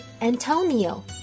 Antonio